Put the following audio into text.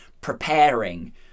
preparing